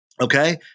Okay